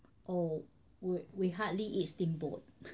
oh we we hardly eat steamboat